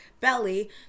Belly